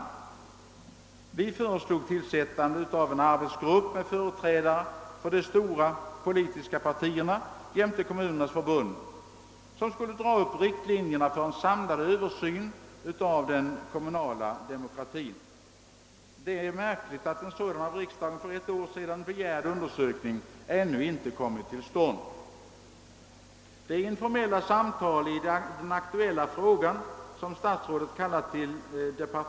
Vi på vårt håll föreslog tillsättandet av en arbetsgrupp med företrädare för de stora politiska partierna och kommunernas förbund, vilken skulle dra upp riktlinjerna för en samlad översyn av den kommunala demokratin. Det är betänkligt att en sådan av riksdagen för ett år sedan begärd undersökning ännu inte kommit till stånd. De informella samtal mellan representanter för partierna och Kommunförbundet i den aktuella frågan.